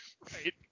Right